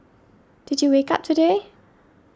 did you wake up today